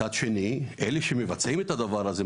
מצד אלה שעושים את הדבר הזה,